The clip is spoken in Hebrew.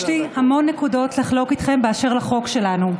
יש לי המון נקודות לחלוק אתכם באשר לחוק שלנו.